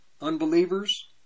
unbelievers